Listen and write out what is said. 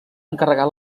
encarregar